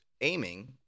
aiming